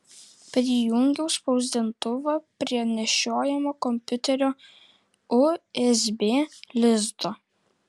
prijungiau spausdintuvą prie nešiojamo kompiuterio usb lizdo